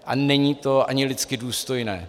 A není to ani lidsky důstojné.